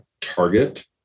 target